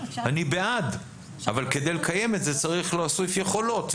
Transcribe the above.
אני בעד אבל כדי לקיים את זה צריך להוסיף יכולות.